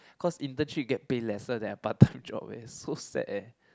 cause internship get pay lesser than a part time job eh so sad eh